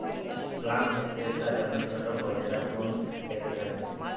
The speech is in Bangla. প্লাম হচ্ছে একটা ধরণের ছোট ফল যেটা প্রুনস পেকে হচ্ছে